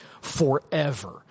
forever